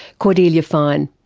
cordelia fine.